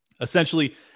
Essentially